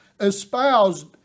espoused